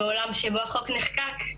בעולם שבו החוק נחקק,